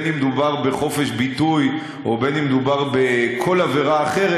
בין שמדובר בחופש ביטוי ובין שמדובר בכל עבירה אחרת,